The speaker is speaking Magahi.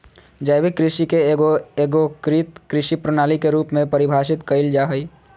जैविक कृषि के एगो एगोकृत कृषि प्रणाली के रूप में परिभाषित कइल जा हइ